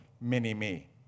mini-me